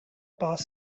past